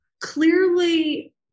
clearly